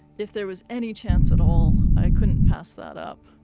if there was any chance at all, i couldn't pass that up.